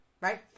right